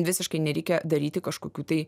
visiškai nereikia daryti kažkokių tai